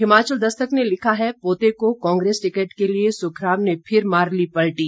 हिमाचल दस्तक ने लिखा है पोते को कांग्रेस टिकट के लिए सुखराम ने फिर मार ली पलटी